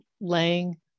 laying